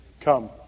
Come